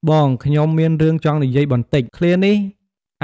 "បងខ្ញុំមានរឿងចង់និយាយបន្តិច!" ឃ្លានេះ